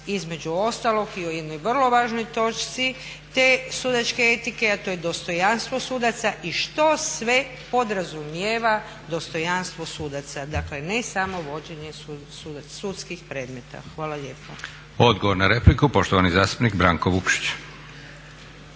između ostalog i o jednoj vrlo važnoj točci te sudačke etike, a to je dostojanstvo sudaca i što sve podrazumijeva dostojanstvo sudaca. Dakle ne samo vođenje sudskih predmeta. Hvala lijepa. **Leko, Josip (SDP)** Odgovor na repliku, poštovani zastupnik Branko Vukšić.